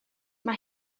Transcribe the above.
mae